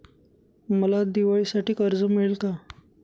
मला दिवाळीसाठी कर्ज मिळेल का?